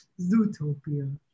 Zootopia